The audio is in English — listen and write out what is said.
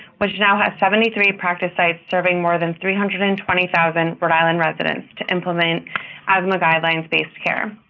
which now has seventy three practice sites serving more than three hundred and twenty thousand rhode island residents to implement asthma guidelines-based care.